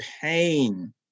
pain